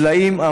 הסלעים,